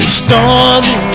stormy